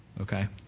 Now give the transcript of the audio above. okay